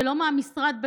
ולא מהמשרד,